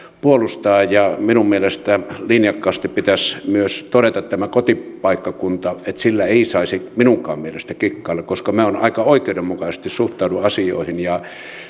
puolustaa minun mielestäni linjakkaasti pitäisi myös todeta tämä kotipaikkakunta sillä ei saisi minunkaan mielestäni kikkailla koska minä aika oikeudenmukaisesti suhtaudun asioihin ja